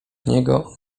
niego